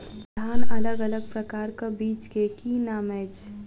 धान अलग अलग प्रकारक बीज केँ की नाम अछि?